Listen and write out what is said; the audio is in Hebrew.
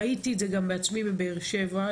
ראיתי את זה גם בעצמי בבאר שבע,